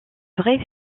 vrais